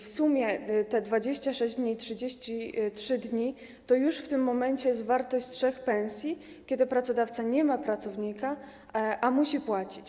W sumie te 26 dni i 33 dni... już w tym momencie jest to wartość trzech pensji, kiedy to pracodawca nie ma pracownika, a musi płacić.